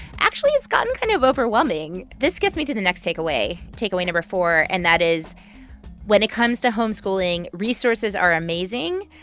actually, it's gotten kind of overwhelming. this gets me to the next takeaway, takeaway number four. and that is when it comes to homeschooling, resources are amazing.